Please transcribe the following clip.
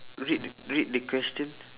read the read the question